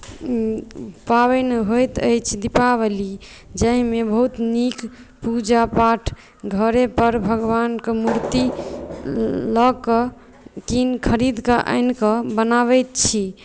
पाबनि होइत अछि दीपावली जाहिमे बहुत नीक पूजा पाठ घरेपर भगवानके मूर्ति लऽ कऽ कीन खरीद कऽ आनि कऽ मनाबैत छी